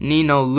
Nino